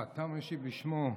אני משיב בשם שר הבריאות.